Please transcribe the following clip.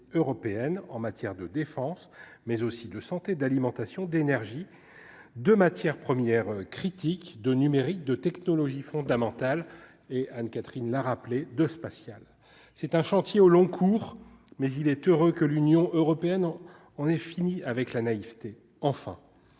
européenne en matière de défense mais aussi de santé d'alimentation d'énergie de matières premières critiques de numérique de technologies fondamentales et Anne Catherine la rappeler 2 spatial, c'est un chantier au long cours, mais il est heureux que l'Union européenne, on est fini avec la naïveté, enfin,